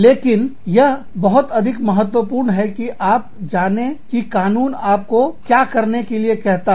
लेकिन यह बहुत अधिक महत्वपूर्ण है कि आप जाने की कानून आपको क्या करने के लिए कहता है